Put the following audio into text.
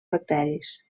bacteris